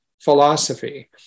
philosophy